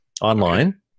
online